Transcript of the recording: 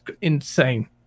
insane